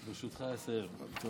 ברשותך, אסיים.